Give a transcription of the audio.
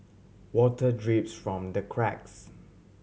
water drips from the cracks